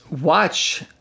watch